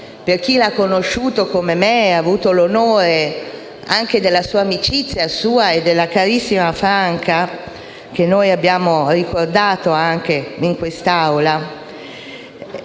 Per chi lo ha conosciuto, come me, e ha avuto l'onore anche della amicizia sua e della carissima Franca, che abbiamo ricordato anche in questa